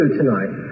tonight